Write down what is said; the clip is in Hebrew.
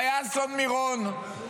היה אסון מירון,